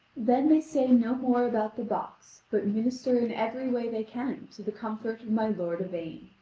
then they say no more about the box, but minister in every way they can to the comfort of my lord yvain,